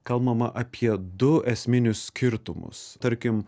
kalbama apie du esminius skirtumus tarkim